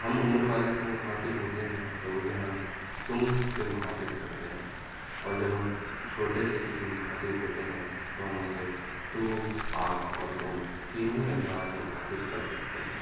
ہم عمر والے سے مخاطب ہوتے ہیں تو اسے ہم تم سے مخاطب کرتے ہیں اور جب ہم چھوٹے سے کسی مخاطب ہوتے ہیں تو ہم اسے تو آپ اور تم تینوں ہی الفاظ سے مخاطب کر سکتے ہیں